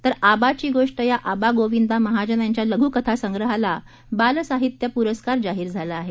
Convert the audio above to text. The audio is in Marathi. तर आबाची गोष्ट या आबा गोविंदा महाजन यांच्या लघुकथासंग्रहाला बालसाहित्य पुरस्कार जाहीर झाला आहे